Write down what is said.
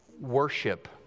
worship